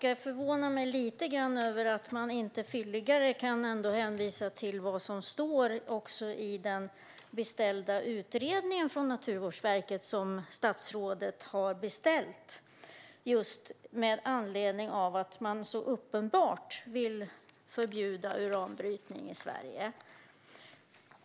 Jag förvånar mig lite grann över att man inte fylligare kan hänvisa till vad som står i den beställda utredningen från Naturvårdsverket. Statsrådet har beställt utredningen just med anledning av att man så uppenbart vill förbjuda uranbrytning i Sverige.